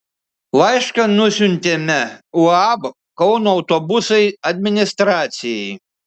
laišką nusiuntėme uab kauno autobusai administracijai